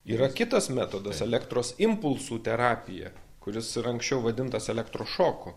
yra kitas metodas elektros impulsų terapija kuris ir anksčiau vadintas elektrošoku